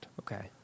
Okay